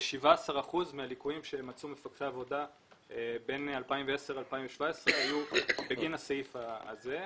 כ-17% מהליקויים שמצאו מפקחי עבודה בין 2010 2017 היו בגין הסעיף הזה,